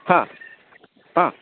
हां हां